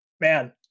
Man